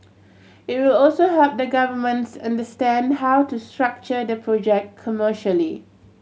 it will also help the governments understand how to structure the project commercially